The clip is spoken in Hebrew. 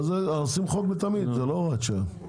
עושים חוק לתמיד, זו לא הוראת שעה.